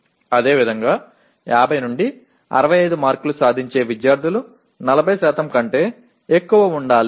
అదేవిధంగా 50 నుండి 65 మార్కులు సాధించే విద్యార్థులు 40 కంటే ఎక్కువ ఉండాలి